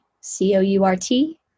C-O-U-R-T